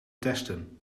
testen